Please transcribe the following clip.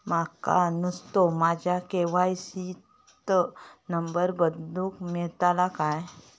माका नुस्तो माझ्या के.वाय.सी त नंबर बदलून मिलात काय?